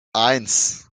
eins